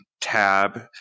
tab